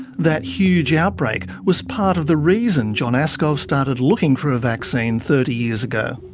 that huge outbreak was part of the reason john aaskov started looking for a vaccine thirty years ago.